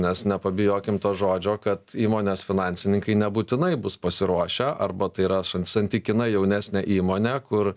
nes nepabijokim to žodžio kad įmonės finansininkai nebūtinai bus pasiruošę arba tai yra san santykinai jaunesnė įmonė kur